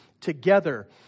together